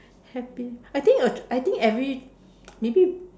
happy I think uh I think every maybe